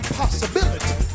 possibility